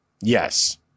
Yes